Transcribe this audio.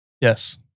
Yes